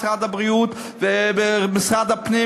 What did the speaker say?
משרד הבריאות ומשרד הפנים,